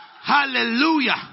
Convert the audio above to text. Hallelujah